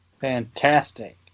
fantastic